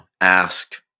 ask